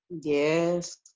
Yes